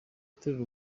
torero